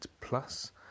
Plus